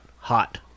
Hot